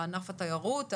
ענף התיירות,